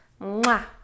mwah